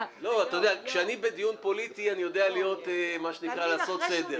כשאני בדיון פוליטי אני יודע לעשות סדר.